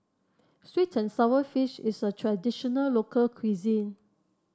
sweet and sour fish is a traditional local cuisine